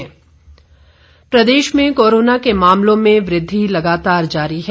Himachal corona Pradesh में corona के मामलों में वृद्धि लगातार जारी है